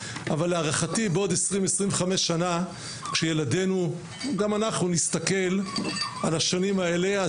אבל להערכתי בעוד 25-20 שנה כשילדינו וגם אנחנו נסתכל על השנים האלה,